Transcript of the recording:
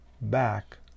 back